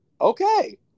Okay